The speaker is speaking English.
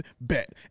bet